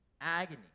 Agony